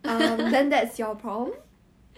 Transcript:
if he is thirty six then he will be twice your age